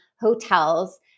hotels